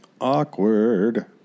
Awkward